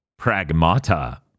Pragmata